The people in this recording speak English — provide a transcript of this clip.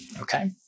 okay